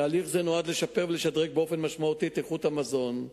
תהליך זה נועד לשפר ולשדרג באופן משמעותי את איכות המזון.